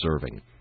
serving